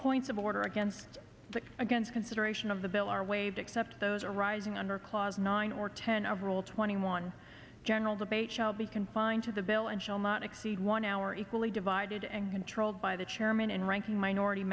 points of order against the against consideration of the bill are waived except those arising under clause nine or ten of rule twenty one general debate shall be confined to the bill and shall not exceed one hour equally divided and controlled by the chairman and ranking minority